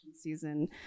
season